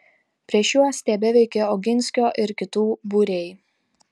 prieš juos tebeveikė oginskio ir kitų būriai